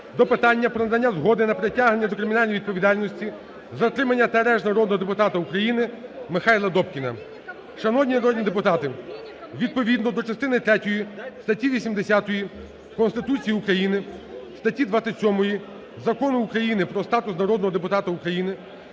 до питання надання згоди на притягнення до кримінальної відповідальності, затримання та арешт народного депутата України Михайла Добкіна. Шановні народні депутати! Відповідно до частини третьої статті 80 Конституції України, статті 27 Закону України "Про статус народного депутата України"